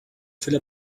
fill